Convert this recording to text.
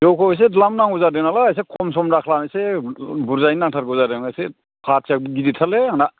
जौखौ एसे द्लाम नांगौ जादोंनालाय एसे खम सम दाखालाम एसे बुरजायैनो नांथारगौ जादों एसे पार्टिया गिदिरथारलै आंना